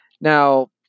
Now